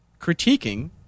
critiquing